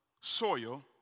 soil